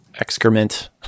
excrement